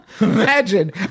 Imagine